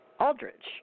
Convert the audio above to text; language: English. Aldrich